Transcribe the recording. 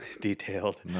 detailed